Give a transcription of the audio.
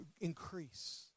increase